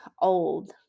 old